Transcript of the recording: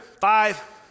Five